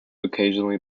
occasionally